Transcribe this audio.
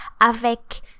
avec